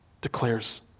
declares